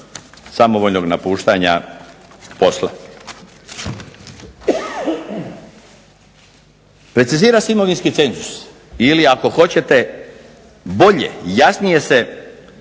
samovoljnog napuštanja posla. Precizira se imovinski cenzus ili ako hoćete bolje i jasnije se